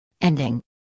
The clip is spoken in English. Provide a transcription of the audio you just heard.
Ending